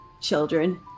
Children